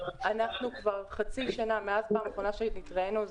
מאז הפעם האחרונה שהתראינו,